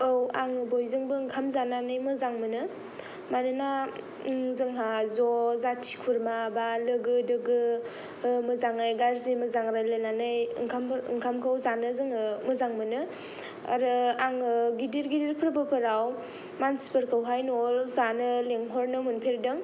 औ आं बयजोंबो ओंखाम जानानै मोजां मोनो मानोना जोंहा ज' जाथि खुरमा बा लोगो दोगो मोजाङै गाज्रि मोजां रायलायनानै ओंखामखौ जानो जोङो मोजां मोनो आरो आङो गिदिर गिदिर फोरबो फोराव मानसिफोरखौ हाय न'आव जानो लेंहरनो मोनफेरदों